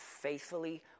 faithfully